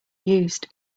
used